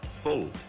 full